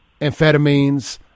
amphetamines